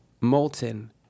molten